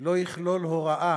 לא יכלול הוראה